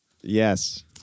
Yes